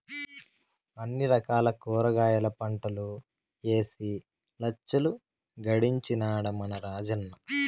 అన్ని రకాల కూరగాయల పంటలూ ఏసి లచ్చలు గడించినాడ మన రాజన్న